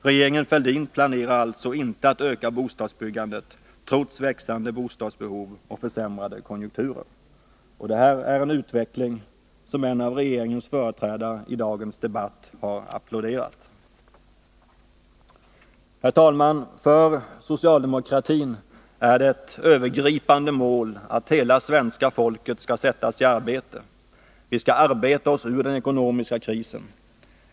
Regeringen Fälldin planerar alltså inte att öka bostadsbyggandet, trots växande bostadsbehov och försämrade konjunkturer. Och det är en utveckling som en av regeringens företrädare i dagens debatt har applåderat. Herr talman! För socialdemokratin är det ett övergripande mål att hela folket skall sättas i arbete. Vi skall arbeta oss ur den ekonomiska krisen.